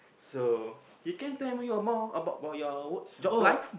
so you can tell me more about about your work job life